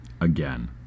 again